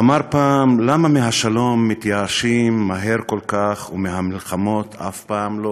אמר פעם: למה מהשלום מתייאשים מהר כל כך ומהמלחמות אף פעם לא?